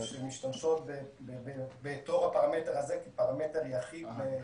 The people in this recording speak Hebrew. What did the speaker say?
שמשתמשות בזה בתור הפרמטר היחיד.